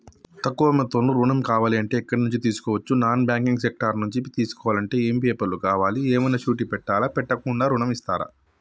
తక్కువ మొత్తంలో ఋణం కావాలి అంటే ఎక్కడి నుంచి తీసుకోవచ్చు? నాన్ బ్యాంకింగ్ సెక్టార్ నుంచి తీసుకోవాలంటే ఏమి పేపర్ లు కావాలి? ఏమన్నా షూరిటీ పెట్టాలా? పెట్టకుండా ఋణం ఇస్తరా?